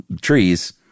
trees